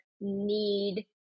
need